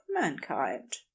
mankind